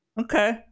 okay